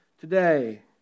today